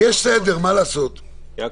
אנחנו עדים לעלייה בקצב ההדבקה,